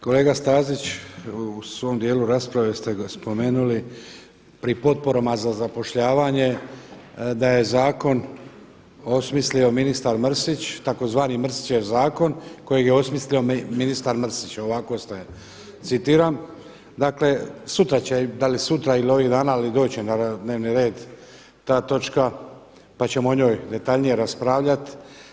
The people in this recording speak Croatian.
Kolega Stazić u svom dijelu rasprave ste ga spomenuli pri potporama za zapošljavanje da je zakon osmislio ministar Mrsić, tzv. Mrsićev zakon kojeg je osmislio ministar Mrsić, ovako ste citiram, dakle sutra će da li sutra ili ovih dana ali doći će na dnevni red ta točka pa ćemo o njoj detaljnije raspravljati.